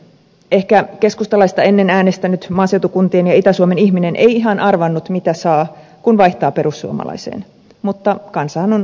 ehkä keskustalaista ennen äänestänyt maaseutukuntien ja itä suomen ihminen ei ihan arvannut mitä saa kun vaihtaa perussuomalaiseen mutta kansahan on aina oikeassa